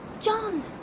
John